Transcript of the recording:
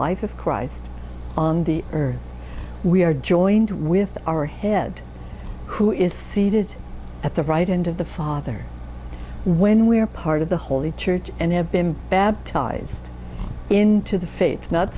life of christ on the earth we are joined with our head who is seated at the right end of the father when we are part of the holy church and have been baptized into the faith not